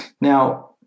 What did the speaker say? now